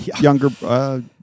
younger